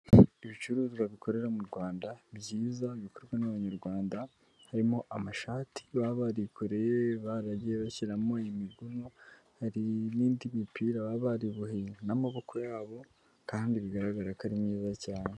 Ibicuruzwa bikorera mu Rwanda, byiza, bikorwa n'abanyarwanda, harimo amashati baba barikoreye, baragiye bashyiramo imiguno, hari n'indi mipira baba bariboheye n'amaboko yabo kandi bigaragara ko ari myiza cyane.